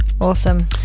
Awesome